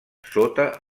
sota